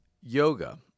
yoga